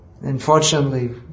Unfortunately